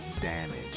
damage